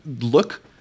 look